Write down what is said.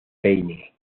peine